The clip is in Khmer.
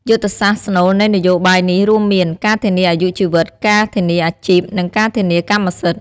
យុទ្ធសាស្ត្រស្នូលនៃនយោបាយនេះរួមមាន ការធានាអាយុជីវិត ការធានាអាជីព និងការធានាកម្មសិទ្ធិ។